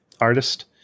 artist